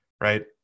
right